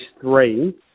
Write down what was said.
three